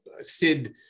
Sid